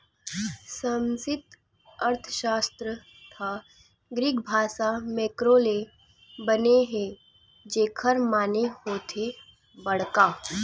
समस्टि अर्थसास्त्र ह ग्रीक भासा मेंक्रो ले बने हे जेखर माने होथे बड़का